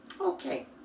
Okay